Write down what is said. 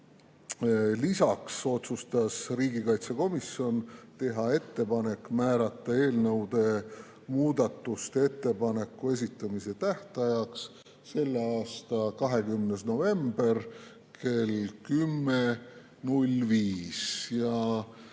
Lisaks otsustas riigikaitsekomisjon teha ettepaneku määrata eelnõu muudatusettepanekute esitamise tähtajaks selle aasta 20. november kell 10.05.